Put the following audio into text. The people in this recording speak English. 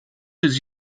his